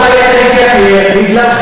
כל היתר התייקר בגללכם.